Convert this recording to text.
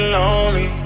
lonely